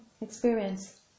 experience